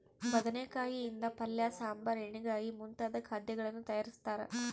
ಬದನೆಕಾಯಿ ಯಿಂದ ಪಲ್ಯ ಸಾಂಬಾರ್ ಎಣ್ಣೆಗಾಯಿ ಮುಂತಾದ ಖಾದ್ಯಗಳನ್ನು ತಯಾರಿಸ್ತಾರ